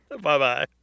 Bye-bye